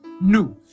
new